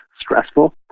stressful